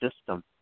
system